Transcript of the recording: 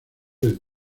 del